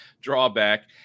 drawback